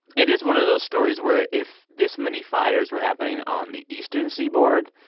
it is one of those stories where, if this many fires were happening on the eastern seaboard,